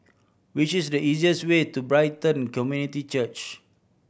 which is the easiest way to Brighton Community Church